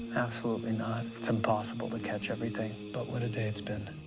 absolutely not it's impossible to catch everything but what a day it's been